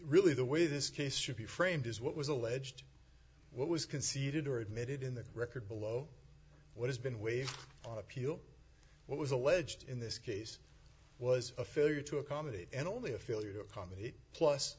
really the way this case should be framed is what was alleged what was conceded or admitted in the record below what has been weighed on appeal what was alleged in this case was a failure to accommodate and only a failure to accommodate plus